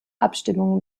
abstimmung